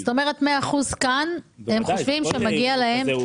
זאת אומרת, מאה אחוז כאן חושבים שמגיע להם.